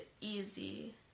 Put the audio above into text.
easy